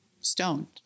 stoned